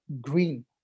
green